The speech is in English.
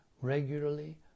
regularly